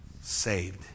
saved